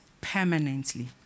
permanently